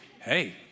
hey